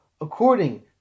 according